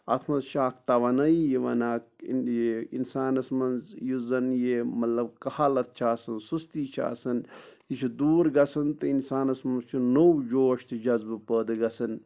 اَتھ منٛز چھِ اَکھ توٲنٲیی یِوَان اَکھ یہِ اِنسانَس منٛز یُس زَن یہِ مطلب کہلَت چھِ آسَان سُستی چھِ آسَان یہِ چھُ دوٗر گَژھان تہٕ اِنسانَس منٛز چھِ نوٚو جوش تہٕ جذبہٕ پٲدٕ گَژھان